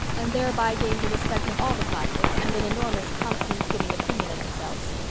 and thereby gained the respect of all the classes, and an enormous, confidence-giving opinion of themselves.